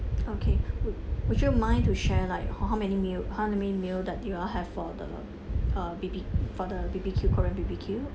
okay would would you mind to share like how how many meal how many meal that you all have for the uh B_B~ for the B_B_Q korean B_B_Q